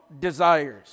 desires